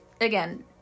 again